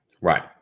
right